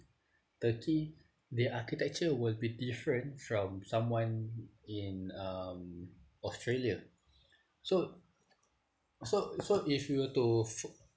turkey the architecture will be different from someone in um australia so so so if we were to fo~